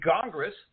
Congress